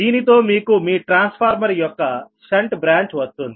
దీనితో మీకు మీ ట్రాన్స్ఫార్మర్ యొక్క షంట్ బ్రాంచ్ వస్తుంది